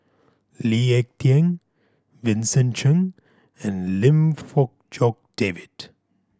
Lee Ek Tieng Vincent Cheng and Lim Fong Jock David